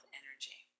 energy